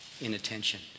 inattention